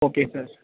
okay sir